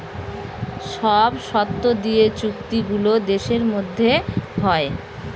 সব শর্ত দিয়ে চুক্তি গুলো দেশের মধ্যে হয়